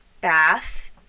bath